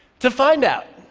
to find out,